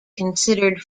considered